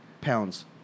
pounds